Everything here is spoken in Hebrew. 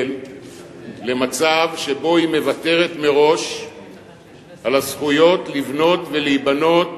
למצב שבו היא מוותרת מראש על הזכויות לבנות ולהיבנות